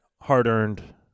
hard-earned